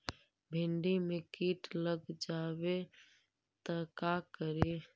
भिन्डी मे किट लग जाबे त का करि?